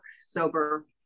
sober